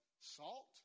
Salt